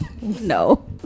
no